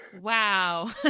wow